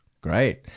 Great